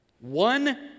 One